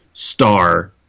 star